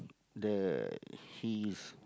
the he's